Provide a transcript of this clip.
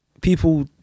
people